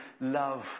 love